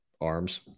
arms